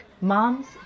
moms